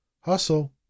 hustle